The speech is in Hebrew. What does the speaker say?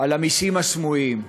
על המסים הסמויים.